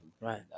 Right